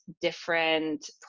different